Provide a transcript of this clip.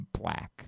black